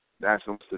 National